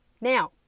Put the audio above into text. Now